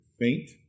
faint